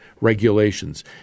regulations